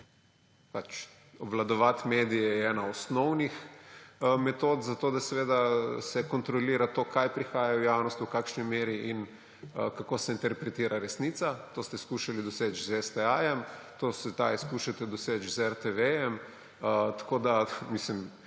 Obvladovati medije je ena osnovnih metod za to, da seveda se kontrolira to, kaj prihaja v javnost, v kakšni meri in kako se interpretira resnica. To ste skušali doseči z STA, zdaj skušate doseči z RTV, napadi,